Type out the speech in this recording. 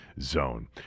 zone